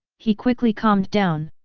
he quickly calmed down.